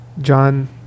John